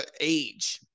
age